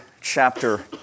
chapter